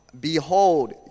Behold